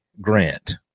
Grant